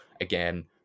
again